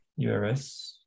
URS